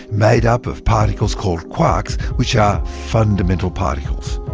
made up of particles called quarks, which are fundamental particles.